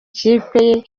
kipe